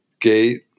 gate